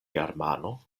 germano